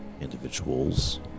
individuals